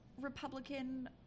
Republican